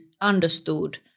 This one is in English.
understood